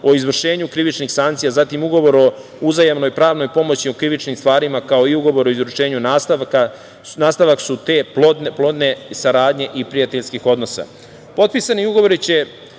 o izvršenju krivičnih sankcija, zatim, ugovor o uzajamnoj pravnoj pomoći u krivičnim stvarima, kao i ugovor o izručenju, nastavak su te plodne saradnje i prijateljskih odnosaPotpisani ugovori će